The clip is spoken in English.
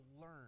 learn